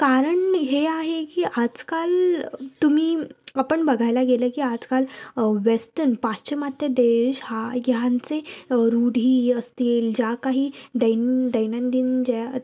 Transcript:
कारण हे आहे की आजकाल तुम्ही आपण बघायला गेलं की आजकाल वेस्टन पाश्चिमात्य देश हा ह्यांचे रूढी असतील ज्या काही दैन दैनंदिन ज्या